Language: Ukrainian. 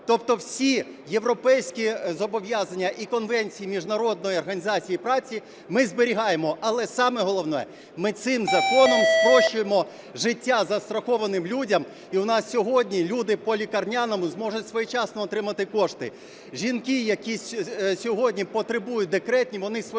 Тобто всі європейські зобов'язання і конвенції Міжнародної організації праці ми зберігаємо. Але саме головне – ми цим законом спрощуємо життя застрахованим людям, і у нас сьогодні люди по лікарняному зможуть своєчасно отримати кошти. Жінки, які сьогодні потребують декретні, вони своєчасно